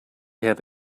have